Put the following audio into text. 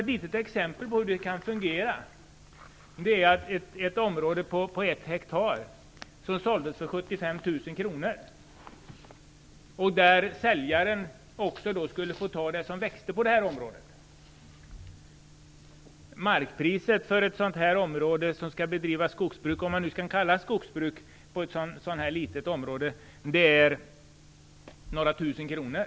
Ett litet exempel på hur det kan fungera rör ett område om 1 ha som såldes för 75 000 kr, varvid det överenskoms att säljaren skulle få ta hand om det som växte på området. Markvärdet på ett så litet område med skogsbruk - om man nu kan kalla det för skogsbruk - är några tusen kronor.